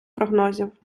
прогнозів